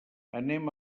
anem